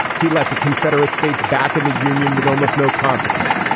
he left the confederate states back in the union with almost no consequence.